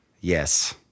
Yes